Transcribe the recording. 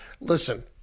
Listen